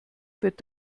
wird